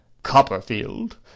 Copperfield